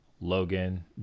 Logan